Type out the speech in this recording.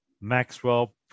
Maxwell